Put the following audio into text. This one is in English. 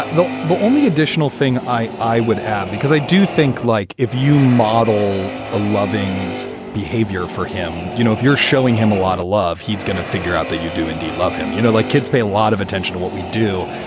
ah the the only additional thing i i would add, because i do think like if you model a loving behavior for him, you know, if you're showing him a lot of love, he's going to figure out that you do indeed love him. you know, like kids pay a lot of attention to what we do,